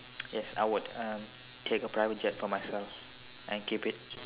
yes I would uh take a private jet for myself and keep it